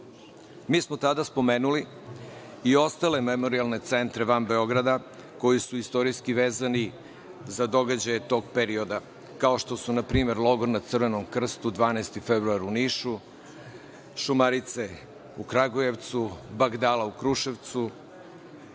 Mi smo tada spomenuli i ostale memorijalne centre van Beograda, koji su istorijski vezani za događaje tog perioda, kao što su na primer Logor na Crvenom krstu, „12. februar“ u Nišu, „Šumarice“ u Kragujevcu, „Bagdala“ u Kruševcu